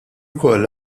ukoll